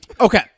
okay